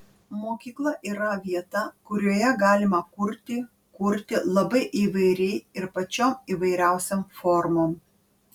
mokykla yra vieta kurioje galima kurti kurti labai įvairiai ir pačiom įvairiausiom formom